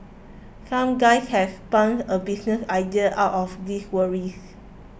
some guys have spun a business idea out of this worries